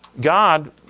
God